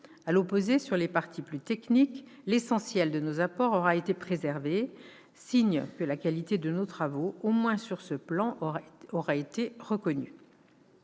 À l'opposé, sur les parties plus techniques, l'essentiel de nos apports aura été préservé, signe que la qualité de nos travaux, au moins sur ce plan, aura été reconnue.